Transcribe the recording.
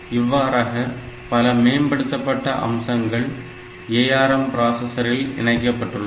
இவ்வாறாக பல மேம்படுத்தப்பட்ட அம்சங்கள் ARM பிராசஸரில் இணைக்கப்பட்டுள்ளது